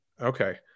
Okay